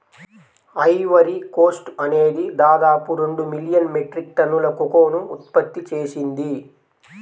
Ivory Coast అనేది దాదాపు రెండు మిలియన్ మెట్రిక్ టన్నుల కోకోను ఉత్పత్తి చేసింది